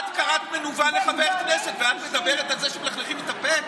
את קראת מנוול לחבר כנסת ואת מדברת על זה שמלכלכים את הפה?